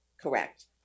correct